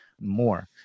more